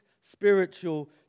spiritual